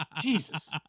jesus